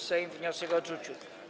Sejm wniosek odrzucił.